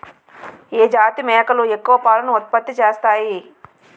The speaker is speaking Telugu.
ఏ జాతి మేకలు ఎక్కువ పాలను ఉత్పత్తి చేస్తాయి?